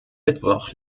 mittwoch